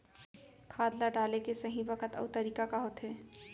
खाद ल डाले के सही बखत अऊ तरीका का होथे?